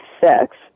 Sex